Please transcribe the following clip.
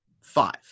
Five